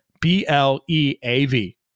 B-L-E-A-V